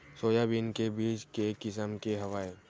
Soybean के बीज के किसम के हवय?